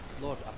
Lord